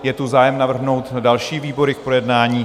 Je tu zájem navrhnout další výbory k projednání?